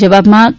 જવાબમાં કે